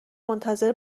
منتظر